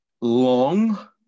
long